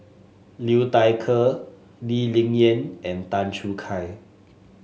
Liu Thai Ker Lee Ling Yen and Tan Choo Kai